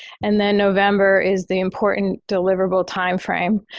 and then november is the important deliverable timeframe.